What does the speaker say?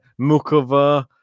Mukova